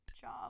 job